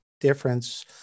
difference